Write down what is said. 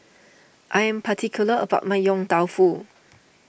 I am particular about my Yong Tau Foo